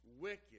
wicked